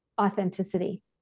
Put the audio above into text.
authenticity